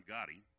Gotti